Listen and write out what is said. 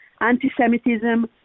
anti-Semitism